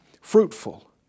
fruitful